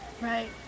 right